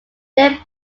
their